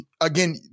again